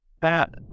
pat